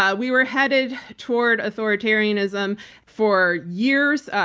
ah we were headed toward authoritarianism for years.